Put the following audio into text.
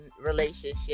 relationship